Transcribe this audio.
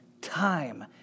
time